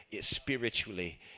spiritually